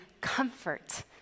comfort